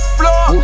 floor